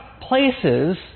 places